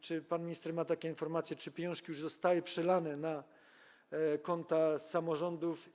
Czy pan minister ma takie informacje, czy pieniążki już zostały przelane na konta samorządów?